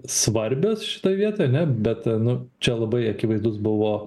svarbios šitoj vietoj ane bet nu čia labai akivaizdus buvo